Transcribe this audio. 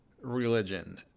religion